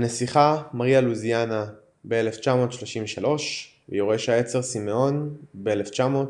הנסיכה מריה לואיזה ב-1933 ויורש העצר סימאון ב-1937.